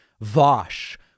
Vosh